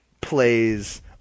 plays